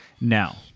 now